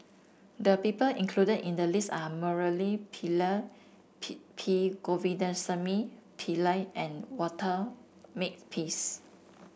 the people included in the list are Murali Pillai P P Govindasamy Pillai and Walter Makepeace